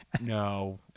no